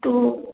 तो